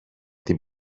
την